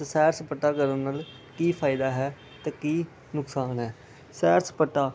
set ਸਪਾਟਾ ਕਰਨ ਨਾਲ ਕੀ ਫਾਇਦਾ ਹੈ ਅਤੇ ਕੀ ਨੁਕਸਾਨ ਹੈ ਸੈਰ ਸਪਾਟਾ